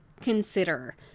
consider